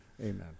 amen